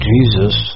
Jesus